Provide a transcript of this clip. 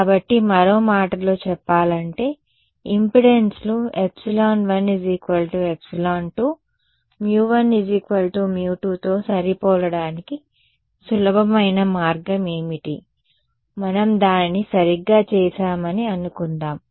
కాబట్టి మరో మాటలో చెప్పాలంటే ఇంపెడెన్స్లు ε1 ε2 μ1 μ2 తో సరిపోలడానికి సులభమైన మార్గం ఏమిటి మనం దానిని సరిగ్గా చేశామని అనుకుందాం